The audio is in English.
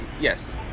Yes